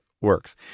works